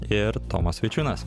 ir tomas vaičiūnas